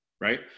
right